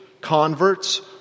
converts